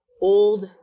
old